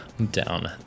down